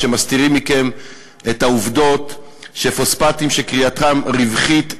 שמסתירים מכם את העובדות שפוספטים שכרייתם רווחית,